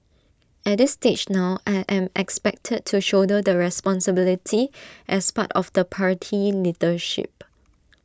at this stage now I am expected to shoulder the responsibility as part of the party leadership